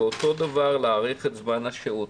אותו דבר להאריך את זמן השהות,